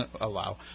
Allow